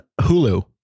Hulu